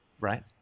right